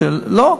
לא,